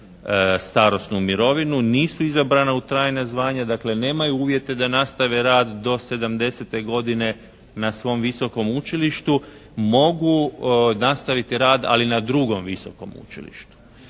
starosnu mirovinu nisu izabrane u trajna zvanja. Dakle nemaju uvjete da nastave rad do sedamdesete godine na svom visokom učilištu. Mogu nastaviti rad ali na drugom visokom učilištu.